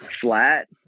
flat